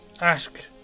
ask